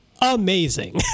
amazing